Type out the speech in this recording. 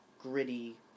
gritty